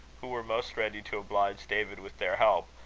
who were most ready to oblige david with their help,